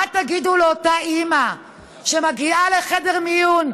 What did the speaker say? מה תגידו לאותה אימא שמגיעה לחדר מיון,